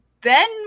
ben